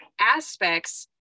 aspects